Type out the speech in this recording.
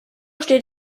steht